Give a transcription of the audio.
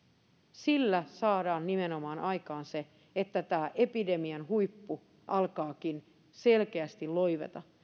sillä saadaan nimenomaan aikaan se että epidemian huippu alkaakin selkeästi loiveta